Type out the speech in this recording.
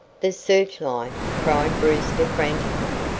the searchlight! cried brewster frantically.